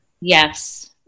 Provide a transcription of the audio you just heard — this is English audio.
Yes